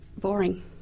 boring